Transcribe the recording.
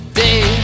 day